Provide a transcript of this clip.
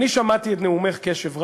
אני הקשבתי לנאומך בקשב רב,